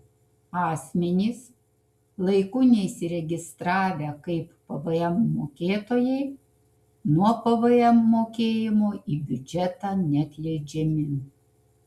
asmenys laiku neįsiregistravę kaip pvm mokėtojai nuo pvm mokėjimo į biudžetą neatleidžiami